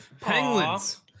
penguins